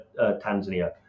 Tanzania